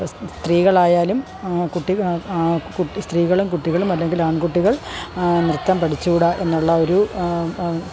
സ്ത്രീകളായാലും കുട്ടി കുട്ടി സ്ത്രീകളും കുട്ടികളും അല്ലെങ്കിൽ ആൺകുട്ടികൾ നൃത്തം പഠിച്ചുകൂട എന്നുള്ള ഒരു